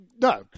no